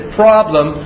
problem